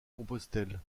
compostelle